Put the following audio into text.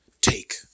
take